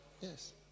yes